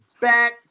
back